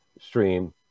stream